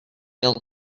built